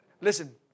Listen